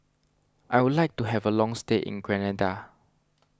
I would like to have a long stay in Grenada